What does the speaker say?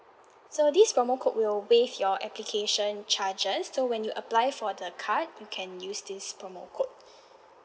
so this promo code will waive your application charges so when you apply for the card you can use this promo code